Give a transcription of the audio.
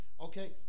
Okay